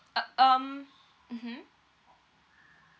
uh um mmhmm